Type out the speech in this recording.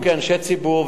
לנו כאנשי ציבור,